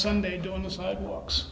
sunday doing the sidewalks